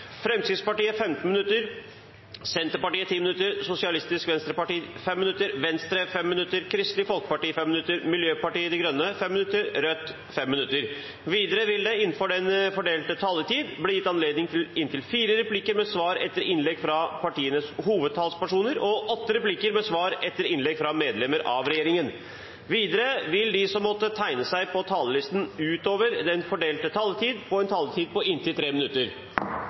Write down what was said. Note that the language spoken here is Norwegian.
Fremskrittspartiet 15 minutter, Senterpartiet 10 minutter, Sosialistisk Venstreparti 5 minutter, Venstre 5 minutter, Kristelig Folkeparti 5 minutter, Miljøpartiet De Grønne 5 minutter og Rødt 5 minutter. Videre vil det – innenfor den fordelte taletid – bli gitt anledning til inntil fire replikker med svar etter innlegg fra partienes hovedtalspersoner og åtte replikker med svar etter innlegg fra medlemmer av regjeringen. Videre vil de som måtte tegne seg på talerlisten utover den fordelte taletid, få en taletid på inntil 3 minutter.